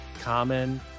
common